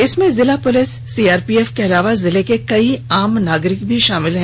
इसमें जिला police CRPF के अलावे जिले के कई आम नागरिक भी शामिल हैं